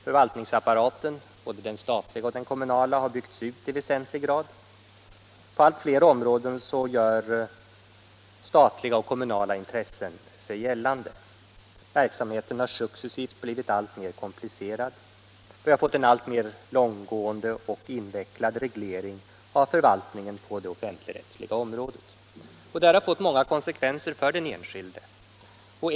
Förvaltningsapparaten — både den statliga och den kommunala — har byggts ut i väsentlig grad. På allt fler områden gör statliga och kommunala intressen sig gällande. Verksamheten har successivt blivit alltmer komplicerad. Vi har fått en alltmer långtgående och invecklad reglering av förvaltningen på det offentligrättsliga området. Denna utveckling har fått många konsekvenser för den enskilde.